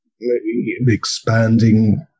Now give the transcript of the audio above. expanding